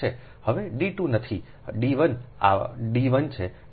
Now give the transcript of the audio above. તે d 2 નથી d 1 આ d 1 છે d નથી 2